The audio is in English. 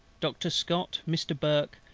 doctor scott, mr. burke,